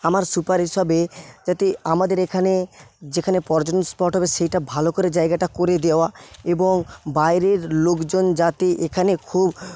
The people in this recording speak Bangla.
আমার সুপারিশ হবে যাতে আমাদের এইখানে যেখানে পর্যটন স্পট হবে সেইটা ভালো করে জায়গাটা করে দেওয়া এবং বাইরের লোকজন যাতে এখানে খুব